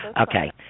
Okay